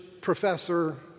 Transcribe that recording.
professor